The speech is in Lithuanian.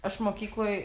aš mokykloj